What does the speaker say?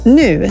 nu